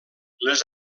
les